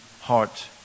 heart